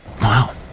Wow